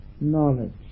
knowledge